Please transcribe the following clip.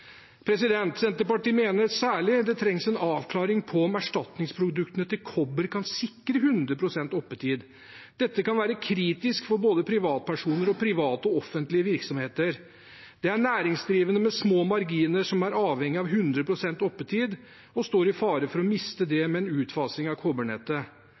Senterpartiet mener at det særlig trengs en avklaring av om erstatningsproduktene for kobber kan sikre 100 pst. oppetid. Dette kan være kritisk for både privatpersoner og private og offentlige virksomheter. Det er næringsdrivende med små marginer som er avhengig av 100 pst. oppetid, og som står i fare for å miste det med en utfasing av